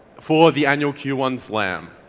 for the annual q one slam.